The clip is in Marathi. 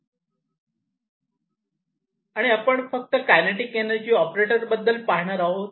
आपण फक्त कायनेटिक एनर्जी ऑपरेटर बद्दल पाहणार आहोत